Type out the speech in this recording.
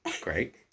great